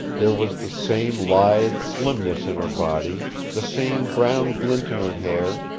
there was the same lithe slimness in her body, the same brown glint in her hair,